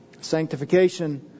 Sanctification